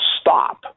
stop